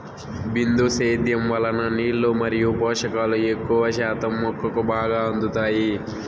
బిందు సేద్యం వలన నీళ్ళు మరియు పోషకాలు ఎక్కువ శాతం మొక్కకు బాగా అందుతాయి